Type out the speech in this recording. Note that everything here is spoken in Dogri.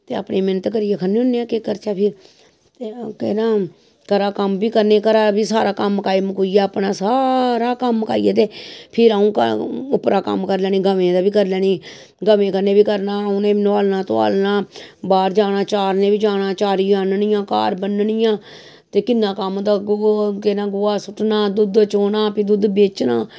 ते अपनी मेह्नत करियै खन्ने होने आं केह् करचै फिर ते केह् नां घरा कम्म बी करने घरा कम्म काज़ बी मकाई मकुईया सारा सारा कम्म मकाईयै ते फिर अ'ऊं उप्परा कम्म करी लैन्नी गवें कन्नै बी करना उनें बी नोहालना धोआलना बाह्र जाना चारने बी जाना चारिया आह्ननियां घर बननियां ते किन्ना कम्म हेंदा केह् नां गोहा सुट्टना दुध्द चोह्ना दुद्ध बेचना